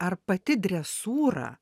ar pati dresūra